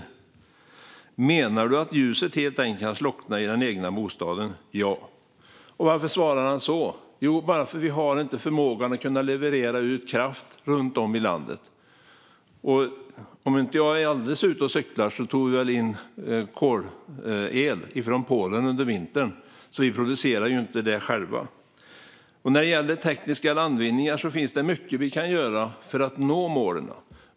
Han får frågan: Menar du att ljuset helt enkelt kan slockna i den egna bostaden? Ja, svarar han. Varför svarar han så? Jo, bara för att vi inte har förmågan att leverera ut kraft runt om i landet. Och om jag inte är alldeles ute och cyklar tog vi väl in kolel från Polen under vintern. Vi producerar inte det själva. När det gäller tekniska landvinningar finns det mycket vi kan göra för att nå målen.